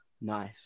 nice